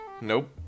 Nope